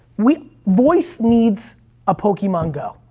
we, voice needs a pokemon go.